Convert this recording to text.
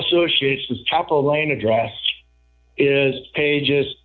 associations chapel lane addressed is pages